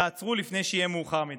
תעצרו לפני שיהיה מאוחר מדי.